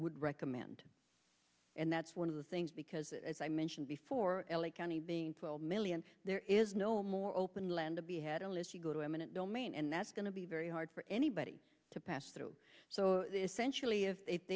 would recommend and that's one of the things because i mentioned before l a county being twelve million there is no more open land to be had unless you go to eminent domain and that's going to be very hard for anybody to pass through so essentially if